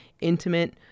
intimate